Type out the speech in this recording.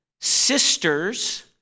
sisters